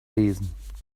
lesen